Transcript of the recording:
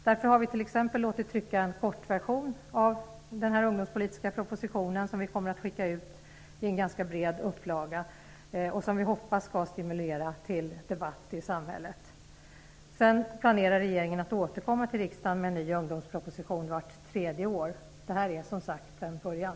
Därför har vi t.ex. låtit trycka en kortversion av den ungdompolitiska propositionen som vi kommer att skicka ut i en ganska bred upplaga och som vi hoppas skall stimulera till debatt i samhället. Vidare planerar regeringen att återkomma till riksdagen med en ny ungdomsproposition vart tredje år. Det här är, som sagt, en början.